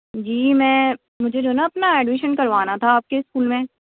جی میں مجھے جو نا اپنا ایڈمیشن کروانا تھا آپ کے اسکول میں